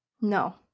No